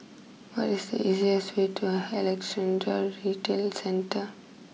what is the easiest way to Alexandra Retail Centre